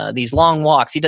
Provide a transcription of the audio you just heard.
ah these long walks, you know